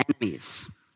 enemies